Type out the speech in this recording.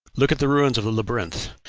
look at the ruins of the labyrinth,